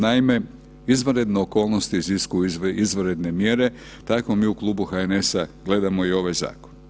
Naime, izvanredne okolnosti iziskuju izvanredne mjere, tako mi u Klubu HNS-a gledamo i ovaj zakon.